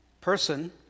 person